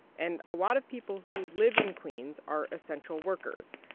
and a lot of people who live in queens are essential workers,